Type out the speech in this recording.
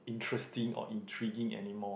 interesting or intriguing anymore